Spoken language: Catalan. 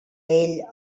ell